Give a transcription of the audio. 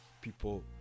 people